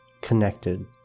connected